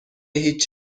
هیچ